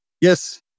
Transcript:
Yes